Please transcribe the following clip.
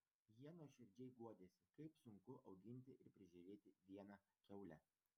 jie nuoširdžiai guodėsi kaip sunku auginti ir prižiūrėti vieną kiaulę